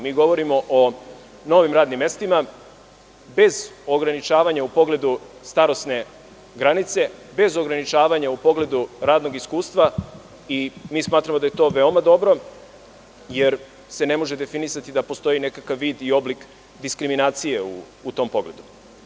Mi govorimo o novim radnim mestima bez ograničavanja u pogledu starosne granice, bez ograničavanja u pogledu radnog iskustva i smatramo da je to veoma dobro, jer se ne može definisati da postoji nekakav vid i oblik diskriminacije u tom pogledu.